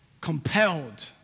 compelled